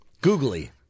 Googly